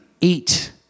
eat